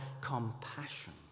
compassion